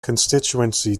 constituency